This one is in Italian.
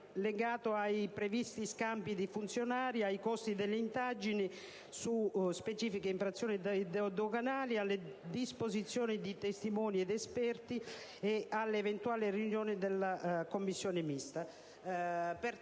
legato ai previsti scambi di funzionari, ai costi delle indagini su specifiche infrazioni doganali, alle disposizioni di testimoni ed esperti e alle eventuali riunioni della commissione mista.